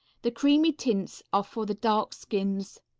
the creamy tints are for the dark skins,